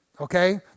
Okay